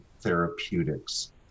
therapeutics